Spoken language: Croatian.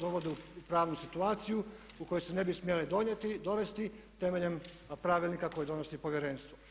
dovode u pravnu situaciju u koju se ne bi smjele dovesti temeljem pravilnika koji donosi povjerenstvo.